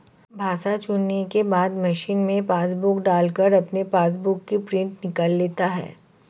भाषा चुनने के बाद मशीन में पासबुक डालकर अपने पासबुक की प्रिंटिंग निकाल लेता है